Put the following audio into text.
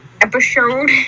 Episode